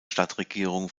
stadtregierung